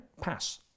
Pass